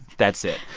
that's it.